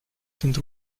sind